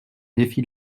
défi